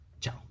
Ciao